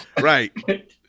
Right